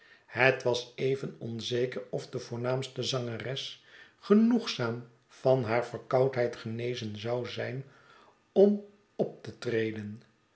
het was even onzeker of de voornaamste zangeres genoegzaam van haar verkoudheid genezen zou zijn om op te treden